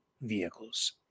vehicles